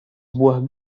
buah